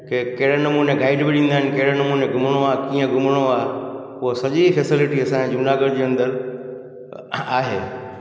की कहिड़े नमूने गाईड बि ॾींदा आहिनि कहिड़े नमूने घुमणो आहे उहो सॼी फैसिलिटी असां जे जूनागढ़ जे अंदरि आहे